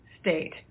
state